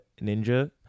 ninja